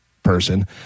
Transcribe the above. Person